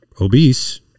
obese